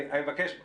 אני מבקש,